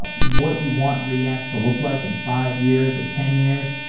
but what you want react to look like in five years or ten years.